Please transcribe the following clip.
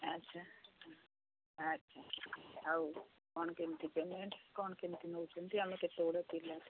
ଆଚ୍ଛା ଆଚ୍ଛା ଆଉ କ'ଣ କେମିତି ପେମେଣ୍ଟ କ'ଣ କେମିତି ନଉଛନ୍ତି ଆମେ ନଉଛନ୍ତି ଆମେ କେତେଗୁଡ଼ିଏ ପିଲା